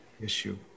issue